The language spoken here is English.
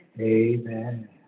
Amen